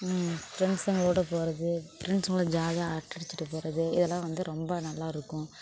ஃப்ரெண்ட்ஸ்ஸுங்களோடு போகிறது ஃப்ரெண்ட்ஸ் கூட ஜாலியாக அரட்டை அடிச்சிட்டு போகிறது இதெல்லாம் வந்து ரொம்ப நல்லா இருக்கும்